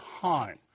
time